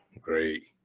great